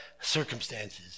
circumstances